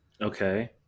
Okay